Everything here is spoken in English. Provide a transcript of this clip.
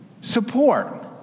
support